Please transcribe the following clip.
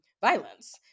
violence